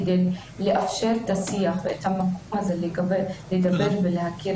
כדי לאפשר את השיח ואת המקום הזה לדבר ולהכיר